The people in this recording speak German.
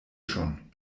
schon